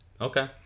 Okay